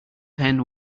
pen